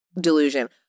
delusion